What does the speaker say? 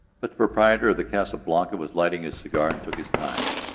but the proprietor of the casa blanca was lighting his cigar and took his time.